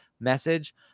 message